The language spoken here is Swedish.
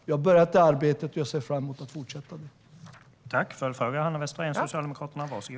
Jag har påbörjat detta arbete och ser fram emot att fortsätta med det.